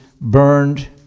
burned